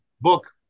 book